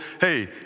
hey